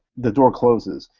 the door closes,